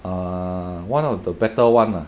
err one of the better one lah